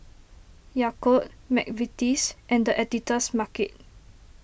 Yakult Mcvitie's and the Editor's Market